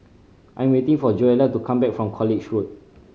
I am waiting for Joella to come back from College Road